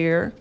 year